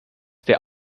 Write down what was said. der